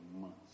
months